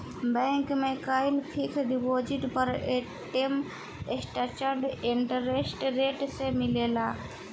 bank में कईल fixed deposit पर टर्म स्ट्रक्चर्ड इंटरेस्ट रेट से मिलेला